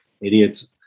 idiots